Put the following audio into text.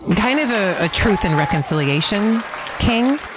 and kind of, a ah truth and reconciliation king.